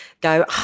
go